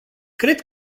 cred